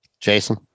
Jason